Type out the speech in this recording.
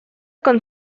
con